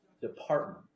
department